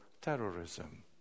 terrorism